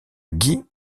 guy